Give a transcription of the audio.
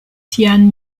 sian